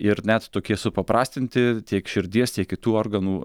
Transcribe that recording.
ir net tokie supaprastinti tiek širdies tiek kitų organų